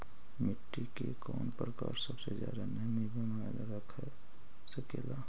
मिट्टी के कौन प्रकार सबसे जादा नमी बनाएल रख सकेला?